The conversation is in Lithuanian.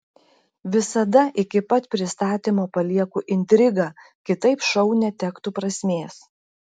visada iki pat pristatymo palieku intrigą kitaip šou netektų prasmės